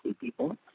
people